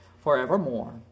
forevermore